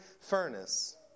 furnace